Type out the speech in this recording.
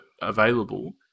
available